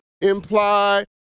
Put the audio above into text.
imply